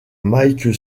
mike